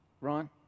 Ron